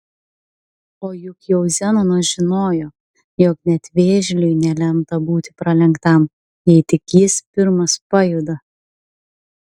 o juk jau zenonas žinojo jog net vėžliui nelemta būti pralenktam jei tik jis pirmas pajuda